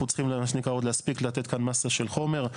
צריכים עוד להספיק לתת כאן מסה של חומר.